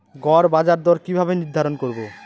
গড় বাজার দর কিভাবে নির্ধারণ করব?